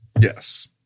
Yes